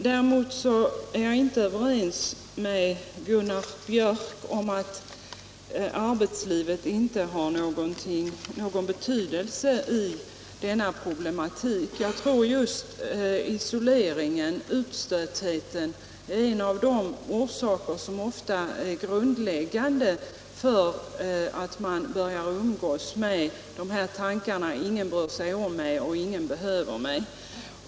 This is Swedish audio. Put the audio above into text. Däremot är jag inte överens med Gunnar Biörck när han säger att arbetslivet troligen inte har någon större betydelse i detta fall. Just isoleringen, känslan av att vara utstött, tror jag ofta är en av grundorsakerna till att någon börjar umgås med tankar som: Ingen bryr sig om mig, och ingen behöver mig.